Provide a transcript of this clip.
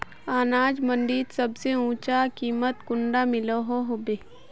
अनाज मंडीत सबसे ऊँचा कीमत कुंडा मिलोहो होबे?